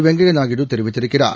வெங்கய்யநாயுடுதெரிவித்திருக் கிறார்